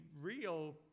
real